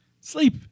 Sleep